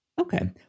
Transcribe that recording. Okay